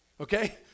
Okay